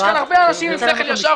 ויש פה הרבה אנשים עם שכל ישר,